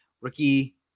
Rookie